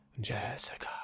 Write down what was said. Jessica